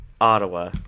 Ottawa